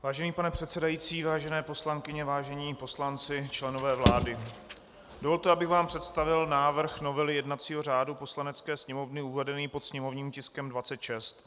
Vážený pane předsedající, vážené poslankyně, vážení poslanci, členové vlády, dovolte, abych vám představil návrh novely jednacího řádu Poslanecké sněmovny uvedený pod sněmovním tiskem 26.